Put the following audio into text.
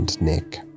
Nick